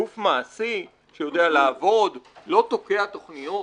גוף מעשי שיודע לעבוד, לא תוקע בתוכניות.